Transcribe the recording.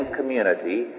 community